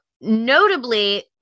notably